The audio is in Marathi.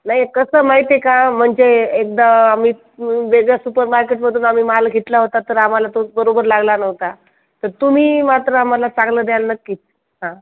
नाही कसं माहिती आहे का म्हणजे एकदा आम्ही बेगा सुपर मार्केटमधून आम्ही माल घेतला होता तर आम्हाला तोच बरोबर लागला नव्हता तर तुम्ही मात्र आम्हाला चांगलं द्याल नक्की हां